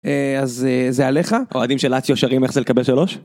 אז זה עליך? אוהדים של לאציו שרים איך זה לקבל שלוש?